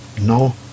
no